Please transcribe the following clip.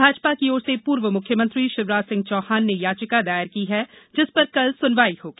भाजपा की ओर से पूर्व मुख्यमंत्री शिवराज सिंह चौहान ने याचिका दायर की है जिस पर कल सुनवाई होगी